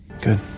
Good